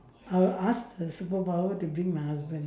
I'll ask the superpower to bring my husband